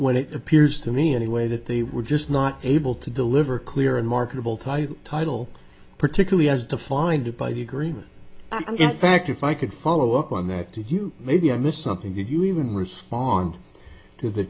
when it appears to me anyway that they were just not able to deliver a clear and marketable title title particularly as defined by the agreement i get back if i could follow up on that to you maybe i missed something could you even respond to the